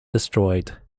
destroyed